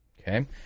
okay